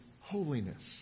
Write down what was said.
holiness